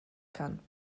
kann